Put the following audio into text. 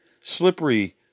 Slippery